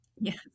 Yes